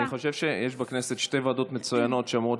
אני חושב שיש בכנסת שתי ועדות מצוינות שאמורות